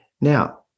Now